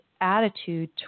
attitude